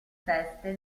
feste